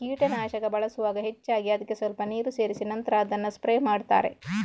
ಕೀಟನಾಶಕ ಬಳಸುವಾಗ ಹೆಚ್ಚಾಗಿ ಅದ್ಕೆ ಸ್ವಲ್ಪ ನೀರು ಸೇರಿಸಿ ನಂತ್ರ ಅದನ್ನ ಸ್ಪ್ರೇ ಮಾಡ್ತಾರೆ